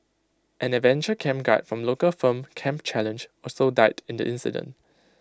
an adventure camp guide from local firm camp challenge also died in the incident